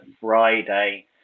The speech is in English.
Friday